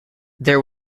there